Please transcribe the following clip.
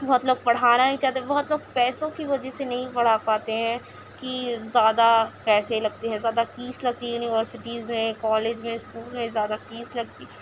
مطلب پڑھانا نہیں چاہتے بہت لوگ پیسوں کی وجہ سے نہیں پڑھا پاتے ہیں کہ زیادہ پیسے لگتے ہیں زیادہ فیس لگتی ہے یونیوسٹیز میں کالج میں اسکول میں زیادہ فیس لگتی